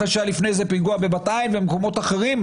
אחרי שהיה לפני זה פיגוע בבת עין ובמקומות אחרים?